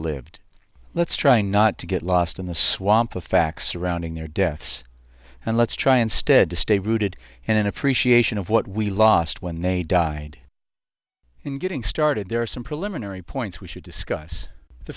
lived let's try not to get lost in the swamp of facts surrounding their deaths and let's try instead to stay rooted and in appreciation of what we lost when they died in getting started there are some preliminary points we should discuss the